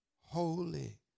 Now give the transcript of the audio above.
holy